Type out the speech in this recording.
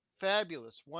fabulous